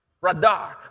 Radar